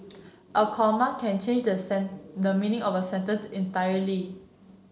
a comma can change the the meaning of a sentence entirely